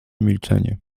milczenie